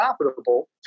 profitable